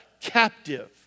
Captive